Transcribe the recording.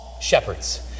shepherds